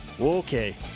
Okay